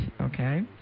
okay